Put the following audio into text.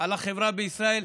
על החברה בישראל?